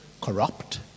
corrupt